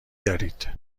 دارید